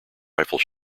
rifle